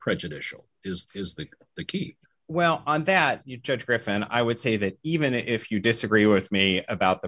prejudicial is is the key well and that you judge for if and i would say that even if you disagree with me about the